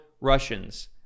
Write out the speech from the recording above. Russians